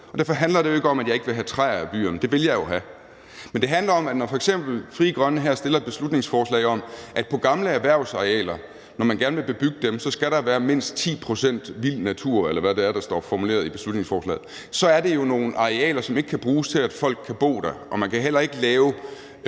Derfor handler det jo ikke om, at jeg ikke vil have træer i byerne – det vil jeg jo have; men det handler om, at når f.eks. Frie Grønne her fremsætter et beslutningsforslag om, at når man gerne vil bebygge gamle erhvervsarealer, skal der være mindst 10 pct. vild natur – eller hvad det er, det står formuleret i beslutningsforslaget. Så det er jo nogle arealer, som ikke kan bruges til, at folk kan bo der, og man kan heller ikke lave